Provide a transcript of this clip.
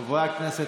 חברי הכנסת,